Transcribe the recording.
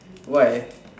why